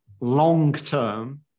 long-term